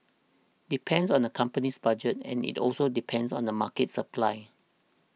depend on the company's budget and it also depends on the market supply